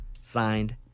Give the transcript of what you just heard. Signed